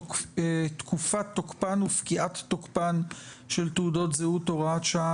(תקופת תוקפן ופקיעת תוקפן של תעודות זהות) (הוראת שעה),